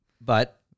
But-